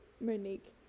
Monique